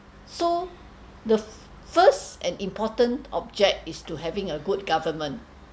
the first and important object is to having a good government